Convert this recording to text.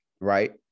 right